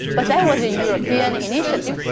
but that was a european initiative,